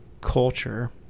culture